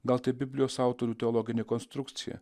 gal tai biblijos autorių teologinė konstrukcija